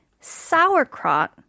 sauerkraut